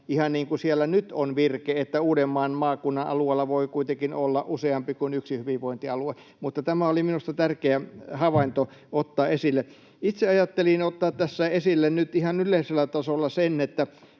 ihan niin kuin siellä nyt on virke, että ”Uudenmaan maakunnan alueella voi kuitenkin olla useampi kuin yksi hyvinvointialue”. Mutta tämä oli minusta tärkeä havainto ottaa esille. Itse ajattelin ottaa tässä esille nyt ihan yleisellä tasolla sen, että